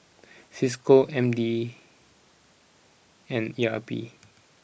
Cisco M D and E R P